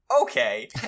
okay